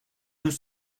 deux